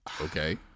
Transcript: Okay